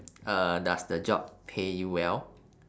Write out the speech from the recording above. uh does the job pay you well